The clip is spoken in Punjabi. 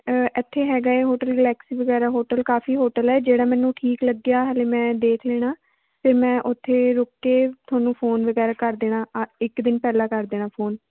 ਇੱਥੇ ਹੈਗਾ ਹੈ ਹੋਟਲ ਗਲੈਕਸੀ ਵਗੈਰਾ ਹੋਟਲ ਕਾਫ਼ੀ ਹੋਟਲ ਹੈ ਜਿਹੜਾ ਮੈਨੂੰ ਠੀਕ ਲੱਗਿਆ ਹਲੇ ਮੈਂ ਦੇਖ ਲੈਣਾ ਅਤੇ ਮੈਂ ਉੱਥੇ ਰੁੱਕ ਕੇ ਤੁਹਾਨੂੰ ਫ਼ੋਨ ਵਗੈਰਾ ਕਰ ਦੇਣਾ ਇੱਕ ਦਿਨ ਪਹਿਲਾਂ ਕਰ ਦੇਣਾ ਫ਼ੋਨ